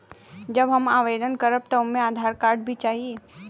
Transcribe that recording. जब हम आवेदन करब त ओमे आधार कार्ड भी चाही?